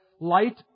light